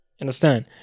Understand